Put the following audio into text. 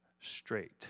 straight